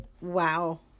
Wow